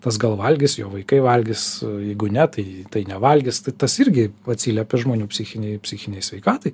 tas gal valgys jo vaikai valgys jeigu ne tai tai nevalgys tai tas irgi atsiliepia žmonių psichinei psichinei sveikatai